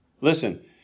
Listen